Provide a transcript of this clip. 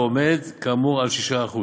ועומד כאמור על כ-6%.